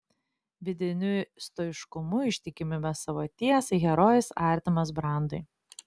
vidiniu stoiškumu ištikimybe savo tiesai herojus artimas brandui